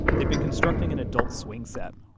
they've been constructing an adult swingset,